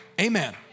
Amen